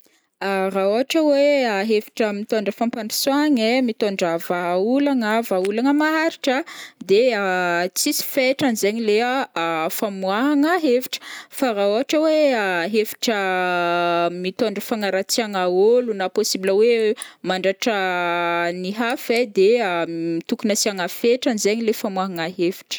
raha ohatra hoe hevitra mitondra fampandroasoagna ai, mitondra vahaolagna, vahaolagna maharitra, de tsisy fetrany zaigny leha famoahagna hevitra fa raha ohatra hoe hevitra mitondra fagnaratsiagna ôlo na possible hoe mandratra ny hafa ai, de tokony asiagna fetrany zaigny leha famoahagna hevitra.